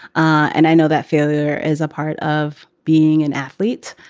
and i know that failure is a part of being an athlete,